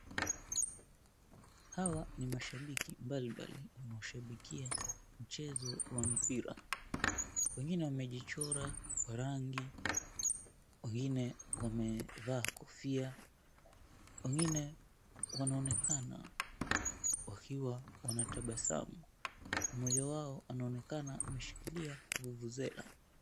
Hawa ni mashabiki mbalimbali wanaushabikia mchezo wa mpira. Wengine wamejichora kwa rangi, wengine wamevaa kofia, wengine wanaonekana wakiwa wanatabasamu, mmoja wao anaonekana ameshikilia vuvuzela.